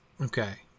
okay